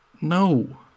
No